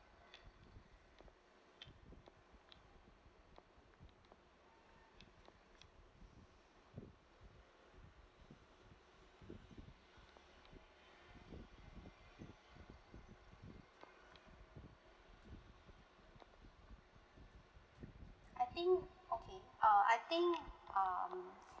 I think okay uh I think uh